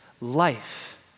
life